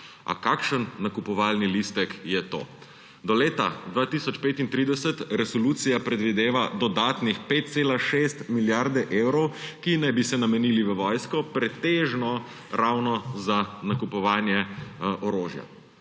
A kakšen nakupovalni listek je to? Do leta 2035 resolucija predvideva dodatnih 5,6 milijarde evrov, ki naj bi se namenili v vojsko, pretežno ravno za nakupovanje orožja.